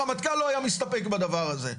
הרמטכ"ל לא היה מסתפק בדבר הזה,